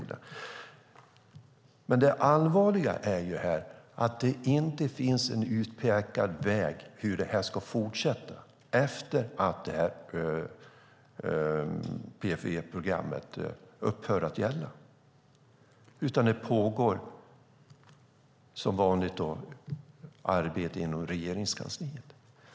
Det allvarliga är att det inte finns någon utpekad väg hur det här ska fortsätta efter att PFE-programmet upphör att gälla. Som vanligt pågår arbete inom Regeringskansliet.